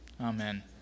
Amen